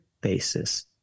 basis